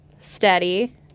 Steady